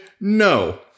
No